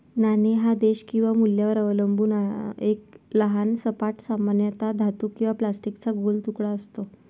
नाणे हा देश किंवा मूल्यावर अवलंबून एक लहान सपाट, सामान्यतः धातू किंवा प्लास्टिकचा गोल तुकडा असतो